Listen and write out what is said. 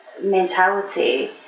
mentality